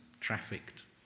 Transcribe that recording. trafficked